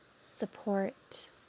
support